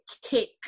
kick